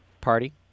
party